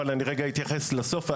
אבל אני רגע אתייחס לסוף.